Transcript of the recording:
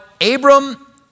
Abram